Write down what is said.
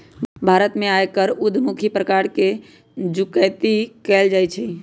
भारत में आयकर उद्धमुखी प्रकार से जुकती कयल जाइ छइ